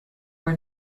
were